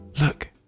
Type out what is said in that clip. Look